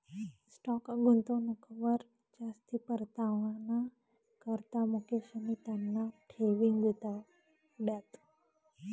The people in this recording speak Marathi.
स्टाॅक गुंतवणूकवर जास्ती परतावाना करता मुकेशनी त्याना ठेवी गुताड्यात